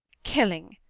killing.